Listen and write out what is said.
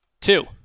two